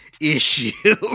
Issue